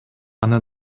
аны